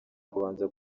kubanza